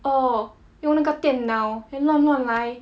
orh then 用那个电脑 then 乱乱来